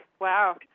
wow